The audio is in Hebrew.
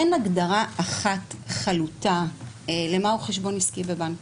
אין הגדרה חלוטה אחת למהו חשבון עסקי בבנק.